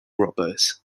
robbers